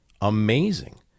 amazing